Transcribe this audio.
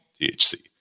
THC